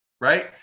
Right